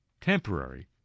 temporary